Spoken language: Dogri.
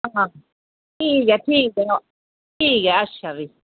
आं ठीक ऐ ठीक ऐ ठीक ऐ अच्छा भी